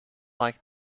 like